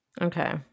okay